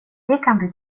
kan